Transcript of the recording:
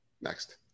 Next